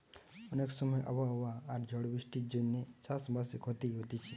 অনেক সময় আবহাওয়া আর ঝড় বৃষ্টির জন্যে চাষ বাসে ক্ষতি হতিছে